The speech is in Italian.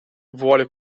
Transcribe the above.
vuole